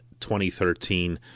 2013